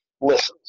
listens